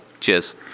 cheers